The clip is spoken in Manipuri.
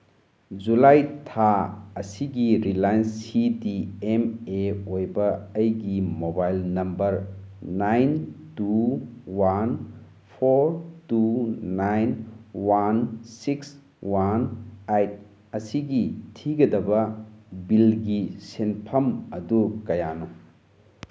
ꯖꯨꯂꯥꯏ ꯊꯥ ꯑꯁꯤꯒꯤ Reliance C D M A ꯑꯣꯏꯕ ꯑꯩꯒꯤ mobile number nine two one four two nine one six one eight ꯑꯁꯤꯒꯤ ꯊꯤꯒꯗꯕ ꯕꯤꯜꯒꯤ ꯁꯦꯟꯐꯝ ꯑꯗꯨ ꯀꯌꯥꯅꯣ